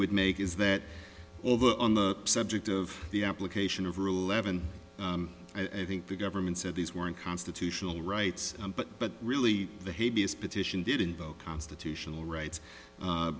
would make is that although on the subject of the application of rule eleven i think the government said these weren't constitutional rights but but really the heaviest petition did invoke constitutional rights